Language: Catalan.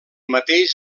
mateix